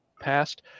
passed